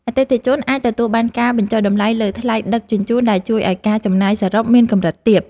អតិថិជនអាចទទួលបានការបញ្ចុះតម្លៃលើថ្លៃដឹកជញ្ជូនដែលជួយឱ្យការចំណាយសរុបមានកម្រិតទាប។